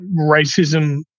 racism